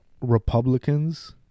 republicans